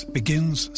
begins